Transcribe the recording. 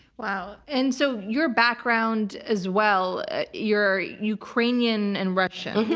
wow. and so your background as well you're ukrainian and russian,